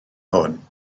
hwn